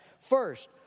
First